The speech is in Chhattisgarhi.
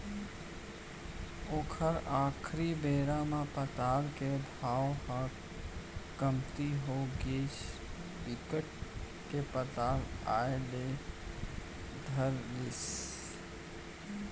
ओखर आखरी बेरा म पताल के भाव ह कमती होगिस बिकट के पताल आए ल धर लिस